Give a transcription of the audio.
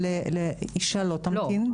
אישה לא תמתין.